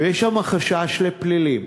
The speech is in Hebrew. ויש שם חשש לפלילים,